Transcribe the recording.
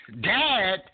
Dad